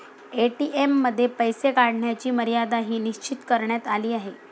ATM मध्ये पैसे काढण्याची मर्यादाही निश्चित करण्यात आली आहे